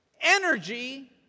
Energy